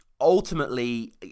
Ultimately